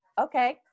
okay